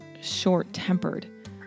short-tempered